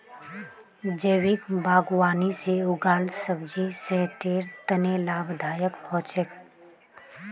जैविक बागवानी से उगाल सब्जी सेहतेर तने लाभदायक हो छेक